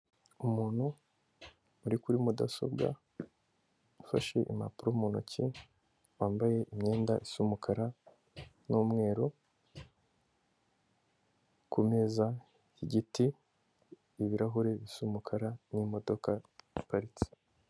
Umuntu uri kuri mudasobwa, ufashe impapuro mu ntoki, wambaye imyenda isa umukara n'umweru, ku meza y'igiti, ibirahure bisa umukara, n'imodoka iparitse.